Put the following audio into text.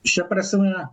šia prasme